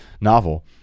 novel